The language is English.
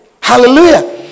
Hallelujah